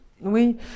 Oui